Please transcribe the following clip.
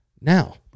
now